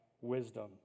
wisdom